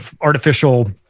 artificial